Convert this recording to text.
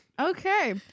okay